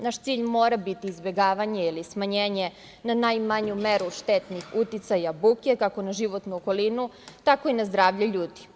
Naš cilj mora biti izbegavanje ili smanjenje na najmanju meru štetnih uticaja buke, kako na životnu okolinu, tako i na zdravlje ljudi.